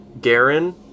Garen